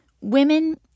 Women